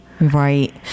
Right